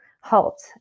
HALT